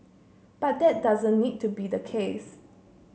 but that doesn't need to be the case